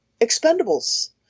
expendables